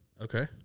Okay